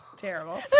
Terrible